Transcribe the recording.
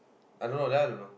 I don't know that one I don't know